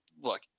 Look